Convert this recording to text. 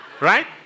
right